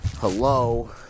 Hello